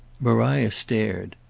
maria stared.